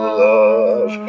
love